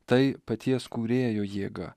tai paties kūrėjo jėga